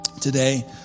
today